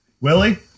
Willie